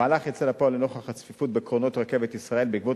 המהלך יצא לפועל לנוכח הצפיפות בקרונות רכבת ישראל בעקבות